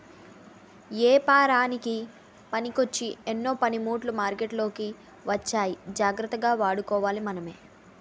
ఏపారానికి పనికొచ్చే ఎన్నో పనిముట్లు మార్కెట్లోకి వచ్చాయి జాగ్రత్తగా వాడుకోవాలి మనమే